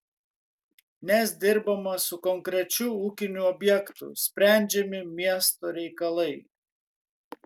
nes dirbama su konkrečiu ūkiniu objektu sprendžiami miesto reikalai